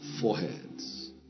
foreheads